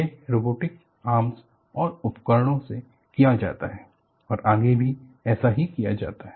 यह robotic arms और उपकरणों से किया जाता है और आगे भी ऐसे ही किया जाता है